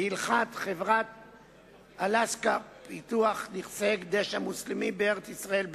בהלכת חברת "אלסקה" פיתוח נכסי ההקדש המוסלמי בארץ-ישראל בע"מ,